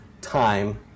time